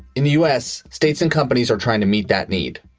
in the u s, states and companies are trying to meet that need.